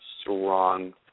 strong